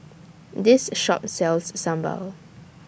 This Shop sells Sambal